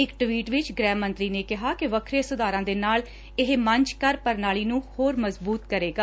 ਇਕ ਟਵੀਟ ਵਿਚ ਗ੍ਹਿ ਮੰਤਰੀ ਨੇ ਕਿਹਾ ਕਿ ਵੱਖਰੇ ਸੁਧਾਰਾਂ ਦੇ ਨਾਲ ਇਹ ਮੰਚ ਕਰ ਪ੍ਰਣਾਲੀ ਨੂੰ ਹੋਰ ਮਜ਼ਬੂਡ ਕਰੇਗਾ